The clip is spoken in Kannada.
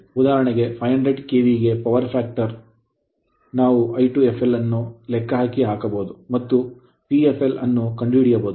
ಉದಾಹರಣೆಗೆ 500 ಕೆವಿಎಗೆ power factor ವಿದ್ಯುತ್ ಅಂಶವನ್ನು ನೀಡಿದರೆ ನಾವು I2fl ಅನ್ನು ಲೆಕ್ಕ ಹಾಕಬಹುದು ಮತ್ತು Pfl ಅನ್ನು ಕಂಡುಹಿಡಿಯಬಹುದು